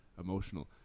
emotional